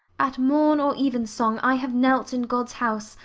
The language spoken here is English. at morn or evensong, i have knelt in god's house,